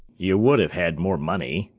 you would have had more money.